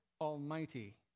Almighty